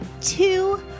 two